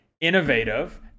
innovative